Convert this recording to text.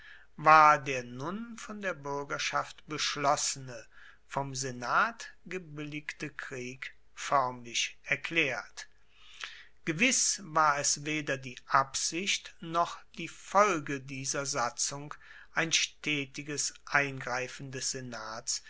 war der nun von der buergerschaft beschlossene vom senat gebilligte krieg foermlich erklaert gewiss war es weder die absicht noch die folge dieser satzung ein stetiges eingreifen des senats